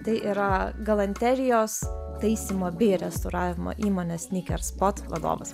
tai yra galanterijos taisymo bei restauravimo įmonės snyker spot vadovas